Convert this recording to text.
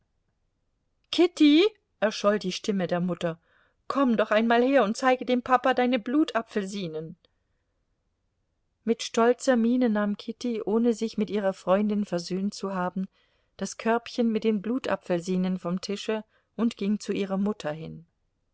kitty erscholl die stimme der mutter komm doch einmal her und zeige dem papa deine blutapfelsinen mit stolzer miene nahm kitty ohne sich mit ihrer freundin versöhnt zu haben das körbchen mit den blutapfelsinen vom tische und ging zu ihrer mutter hin